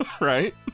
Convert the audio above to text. right